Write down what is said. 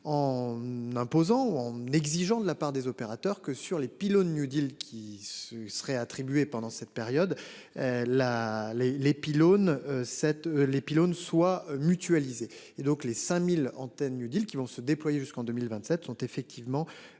en imposant ou en exigeant de la part des opérateurs, que sur les pylônes New Deal qui se serait attribué pendant cette période. Là les les pylônes cette les pylônes soient mutualisés et donc les 5000 antennes New deal qui vont se déployer jusqu'en 2027 sont effectivement.